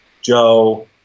Joe